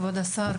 כבוד השר,